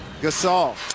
Gasol